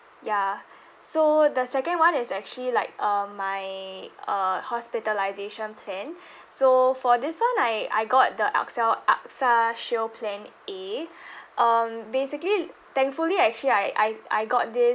ya so the second [one] is actually like um my uh hospitalisation plan so for this [one] I I got the AXA AXA shield plan A um basically thankfully actually I I I got this